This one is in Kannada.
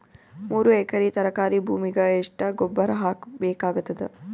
ಮೂರು ಎಕರಿ ತರಕಾರಿ ಭೂಮಿಗ ಎಷ್ಟ ಗೊಬ್ಬರ ಹಾಕ್ ಬೇಕಾಗತದ?